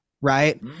right